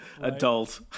adult